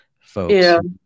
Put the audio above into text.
folks